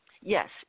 Yes